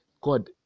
God